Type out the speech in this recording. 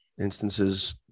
instances